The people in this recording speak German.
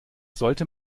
sollte